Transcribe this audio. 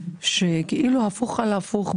שכאילו הפוך על הפוך,